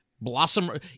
Blossom